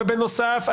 ובנוסף,